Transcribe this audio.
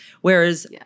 Whereas